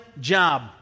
job